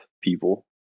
people